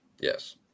Yes